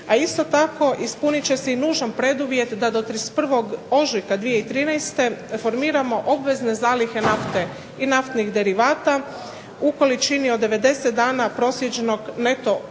a isto tako ispunit će se i nužan preduvjet da do 31. ožujka 2013. formiramo obvezne zalihe nafte i naftnih derivata u količini od 90 dana prosječnog neto uvoza